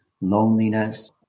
loneliness